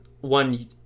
one